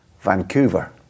Vancouver